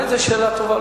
באמת זאת שאלה טובה.